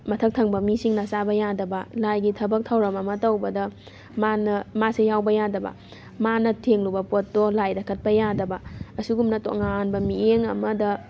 ꯃꯊꯛ ꯊꯪꯕ ꯃꯤꯁꯤꯡꯅ ꯆꯥꯕ ꯌꯥꯗꯕ ꯂꯥꯏꯒꯤ ꯊꯕꯛ ꯊꯧꯔꯝ ꯑꯃ ꯇꯧꯕꯗ ꯃꯥꯅ ꯃꯥꯁꯦ ꯌꯥꯎꯕ ꯌꯥꯗꯕ ꯃꯥꯅ ꯊꯦꯡꯂꯨꯕ ꯄꯣꯠꯇꯣ ꯂꯥꯏꯗ ꯀꯠꯄ ꯌꯥꯗꯕ ꯑꯁꯤꯒꯨꯝꯅ ꯇꯣꯉꯥꯟꯕ ꯃꯤꯠꯌꯦꯡ ꯑꯃꯗ